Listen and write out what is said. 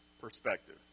perspective